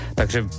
takže